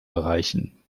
erreichen